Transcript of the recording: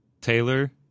Taylor